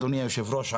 אדוני יושב הראש,